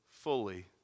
fully